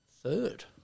third